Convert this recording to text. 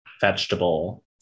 vegetable